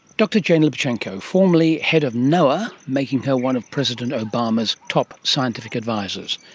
dr jane lubchenco, formerly head of noaa, making her one of president obama's top scientific advisers.